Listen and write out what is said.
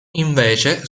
invece